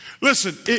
listen